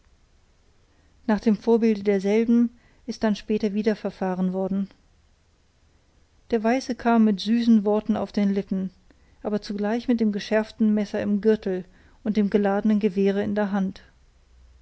nach dem vorbilde derselben ist dann später weiter verfahren worden der weiße kam mit süßen worten auf den lippen aber zugleich mit dem geschärften messer im gürtel und dem geladenen gewehre in der hand